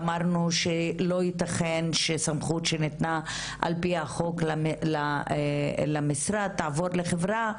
אמרנו שלא ייתכן שסמכות שניתנה על פי החוק למשרד תעבור לחברה,